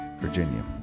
Virginia